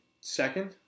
second